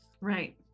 Right